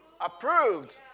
approved